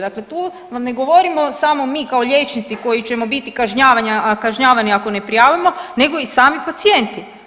Dakle, tu vam ne govorimo samo mi kao liječnici koji ćemo biti kažnjavani ako ne prijavimo nego i sami pacijenti.